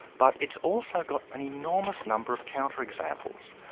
but it's also got an enormous number of counter examples.